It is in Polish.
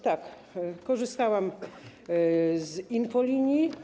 Tak, korzystałam z infolinii.